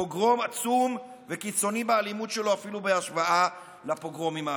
פוגרום עצום וקיצוני באלימות שלו אפילו בהשוואה לפוגרומים האחרים,